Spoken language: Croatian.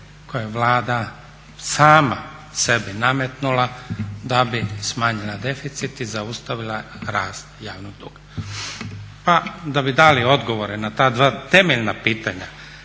koje je Vlada sama sebi nametnula da bi smanjila deficit i zaustavila rast javnog duga? Pa da bi dali odgovore na ta dva temeljna pitanja